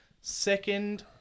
Second